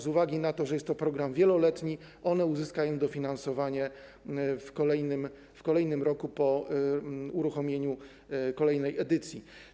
Z uwagi na to, że jest to program wieloletni, one uzyskają dofinansowanie w kolejnym roku, po uruchomieniu kolejnej edycji.